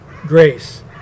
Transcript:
grace